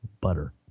butter